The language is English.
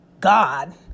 God